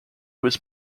was